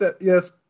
Yes